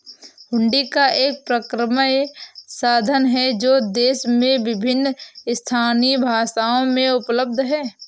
हुंडी एक परक्राम्य साधन है जो देश में विभिन्न स्थानीय भाषाओं में उपलब्ध हैं